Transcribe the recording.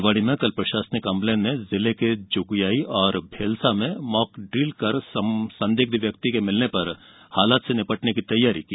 निवाड़ी में कल प्रशासनिक अमले ने जिले के जुगयाई और भेलसा में मॉकड्रील कर संदिग्ध व्यक्ति के मिलने पर हालात से निपटने की तैयारी की